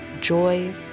joy